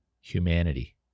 Humanity